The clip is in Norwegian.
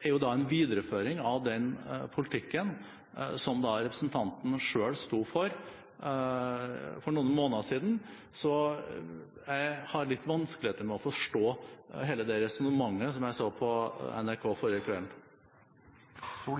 er en videreføring av den politikken som representanten selv sto for for noen måneder siden, så jeg har litt vanskeligheter med å forstå hele det resonnementet som jeg så på NRK forrige kvelden. Då